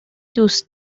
دوست